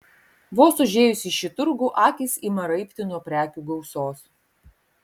vos užėjus į šį turgų akys ima raibti nuo prekių gausos